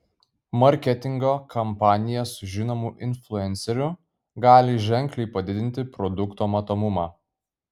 marketingo kampanija su žinomu influenceriu gali ženkliai padidinti produkto matomumą